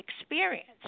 experience